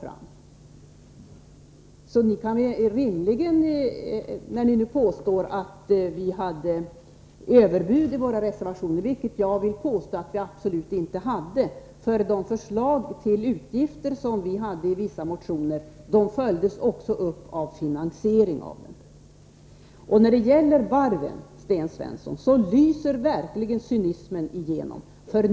Jag vill hävda att vi absolut inte hade några överbud i våra reservationer. De förslag till utgifter som vi lade fram i vissa motioner följdes också upp av förslag beträffande finansieringen. När det gäller varven, Sten Svensson, lyser cynismen verkligen igenom.